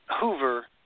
Hoover